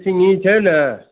सिङ्गघी छै ने